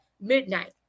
midnight